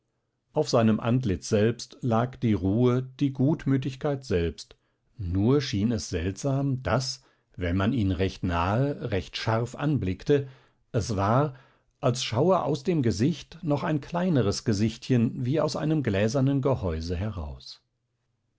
auf seinem antlitz lag die ruhe die gutmütigkeit selbst nur schien es seltsam daß wenn man ihn recht nahe recht scharf anblickte es war als schaue aus dem gesicht noch ein kleineres gesichtchen wie aus einem gläsernen gehäuse heraus